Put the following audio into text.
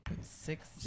six